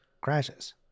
crashes